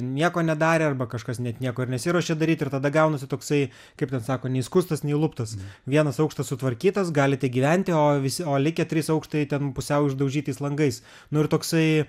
nieko nedarė arba kažkas net niekur nesiruošė daryt ir tada gaunasi toksai kaip ten sako nei skustas nei luptas vienas aukštas sutvarkytas galite gyventi o visi o likę trys aukštai ten pusiau išdaužytais langais nu ir toksai